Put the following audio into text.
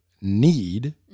need